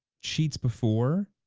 cheats before,